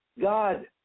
God